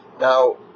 Now